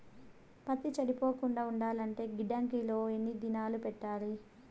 పత్తి చెడిపోకుండా ఉండాలంటే గిడ్డంగి లో ఎన్ని దినాలు పెట్టాలి?